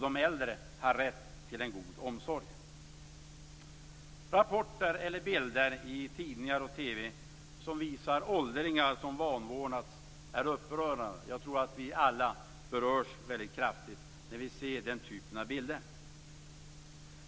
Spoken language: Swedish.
De äldre har rätt till en god omsorg. Rapporter och bilder i tidningar och TV som visar åldringar som vanvårdas är upprörande. Jag tror att vi alla väldigt kraftigt berörs när vi ser den typen av bilder.